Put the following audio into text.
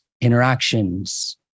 interactions